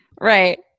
right